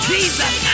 Jesus